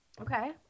okay